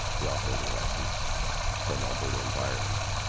the operating license from alberta environment.